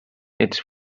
ets